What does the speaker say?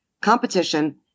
competition